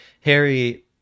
harry